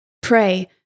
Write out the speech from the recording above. Pray